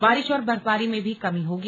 बारिश और बर्फबारी में भी कमी होगी